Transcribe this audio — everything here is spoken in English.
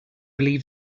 believe